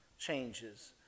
changes